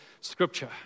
scripture